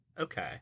Okay